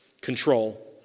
Control